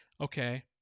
Okay